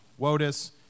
WOTUS